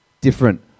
different